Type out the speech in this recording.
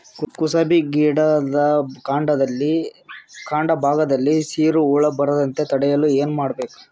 ಕುಸುಬಿ ಗಿಡದ ಕಾಂಡ ಭಾಗದಲ್ಲಿ ಸೀರು ಹುಳು ಬರದಂತೆ ತಡೆಯಲು ಏನ್ ಮಾಡಬೇಕು?